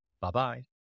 bye-bye